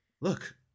look